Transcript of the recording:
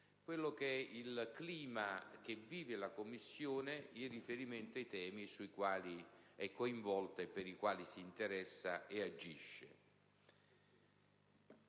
Commissione, il clima che vive la Commissione in riferimento ai temi sui quali è coinvolta e per i quali si interessa ed agisce.